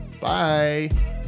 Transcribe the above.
Bye